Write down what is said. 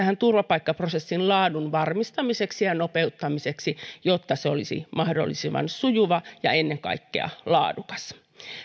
turvapaikkaprosessin laadun varmistamiseksi ja nopeuttamiseksi jotta se olisi mahdollisimman sujuva ja ennen kaikkea laadukas